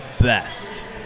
best